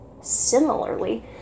Similarly